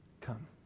Come